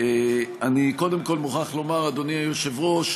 ואני קודם כול מוכרח לומר, אדוני היושב-ראש,